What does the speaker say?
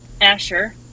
Asher